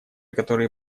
которые